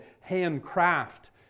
handcraft